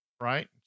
right